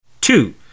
Two